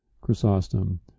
chrysostom